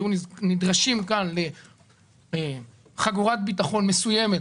היו נדרשים כאן לחגורת ביטחון מסוימת